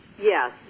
yes